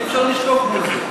אי-אפשר לשתוק על זה.